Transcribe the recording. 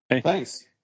Thanks